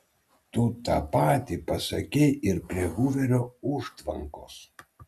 tu tą patį pasakei ir prie huverio užtvankos